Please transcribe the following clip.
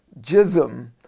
jism